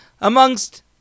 amongst